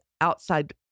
outside